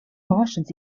martians